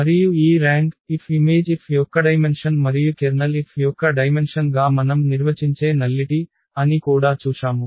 మరియు ఈ rank F Im F యొక్కడైమెన్షన్ మరియు Ker F యొక్క డైమెన్షన్ గా మనం నిర్వచించే శూన్యతనల్లిటి అని కూడా చూశాము